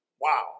Wow